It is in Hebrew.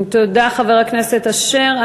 תודה, חבר הכנסת אשר.